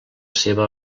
seva